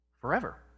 forever